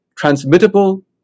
transmittable